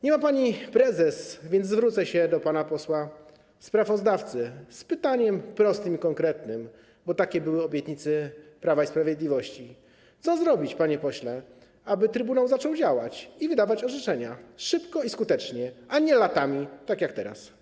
Nie ma pani prezes, więc zwrócę się do pana posła sprawozdawcy z pytaniem prostym i konkretnym, bo takie były obietnice Prawa i Sprawiedliwości: Co zrobić, panie pośle, aby trybunał zaczął działać i wydawać orzeczenia szybko i skutecznie, a nie latami jak teraz?